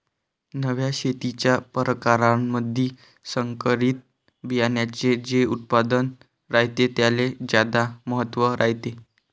नव्या शेतीच्या परकारामंधी संकरित बियान्याचे जे उत्पादन रायते त्याले ज्यादा महत्त्व रायते